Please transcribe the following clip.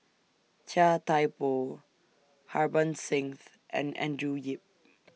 Chia Thye Poh Harbans Singh's and Andrew Yip